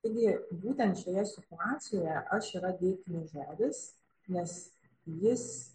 taigi būtent šioje situacijoje aš yra deiktinė dalis nes jis